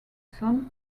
son